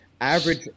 Average